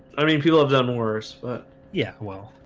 i mean people have done worse. but yeah well